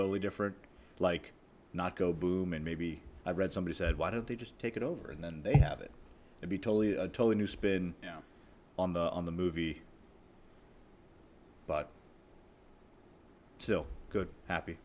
totally different like not go boom and maybe i read somebody said why don't they just take it over and then they have it and be totally a totally new spin on the on the movie but still good happy